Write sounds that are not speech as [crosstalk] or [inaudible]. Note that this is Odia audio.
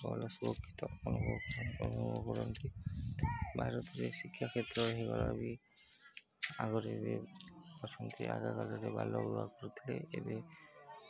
ଭଲ ସୁରକ୍ଷିତ ଅନୁଭବ କରନ୍ତି ଭାରତରେ ଶିକ୍ଷା କ୍ଷେତ୍ରରେ [unintelligible] ବି ଆଗରେ ଏବେ ଅଛନ୍ତି ଆଗକାଳରେ କରୁଥିଲେ ଏବେ